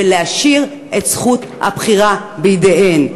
ולהשאיר את זכות הבחירה בידיהן.